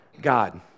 God